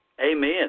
amen